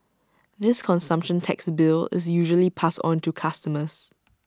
this consumption tax bill is usually passed on to customers